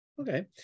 Okay